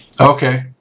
Okay